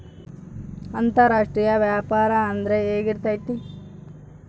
ಅಂತರಾಷ್ಟ್ರೇಯ ವ್ಯಾಪಾರ ಅಂದ್ರೆ ಹೆಂಗಿರ್ತೈತಿ?